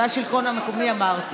והשלטון המקומי, אמרתי.